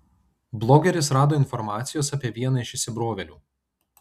blogeris rado informacijos apie vieną iš įsibrovėlių